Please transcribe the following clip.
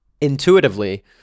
intuitively